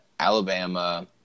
Alabama